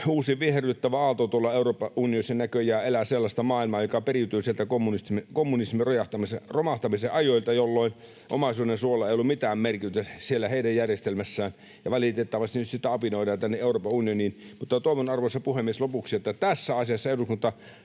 uusi viherryttävä aalto tuolla Euroopan unionissa näköjään elää sellaista maailmaa, joka periytyy sieltä kommunismin romahtamisen ajoilta, jolloin omaisuudensuojalla ei ollut mitään merkitystä siellä heidän järjestelmässään, ja valitettavasti nyt sitä apinoidaan tänne Euroopan unioniin. Mutta toivon, arvoisa puhemies, lopuksi, että tässä asiassa eduskunta